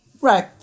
Right